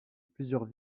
plusieurs